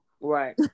Right